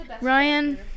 Ryan